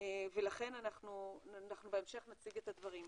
ולכן אנחנו בהמשך נציג את הדברים.